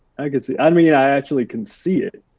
i could see. i mean, i actually can see it.